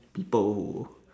people